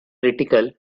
critical